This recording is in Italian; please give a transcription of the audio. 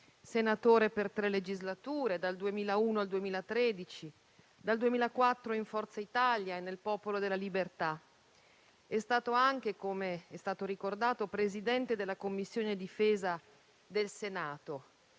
senatore per tre legislature, dal 2001 al 2013, dal 2004 in Forza Italia e nel Popolo della Libertà. È stato anche, come è stato ricordato, Presidente della Commissione difesa del Senato,